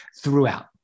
throughout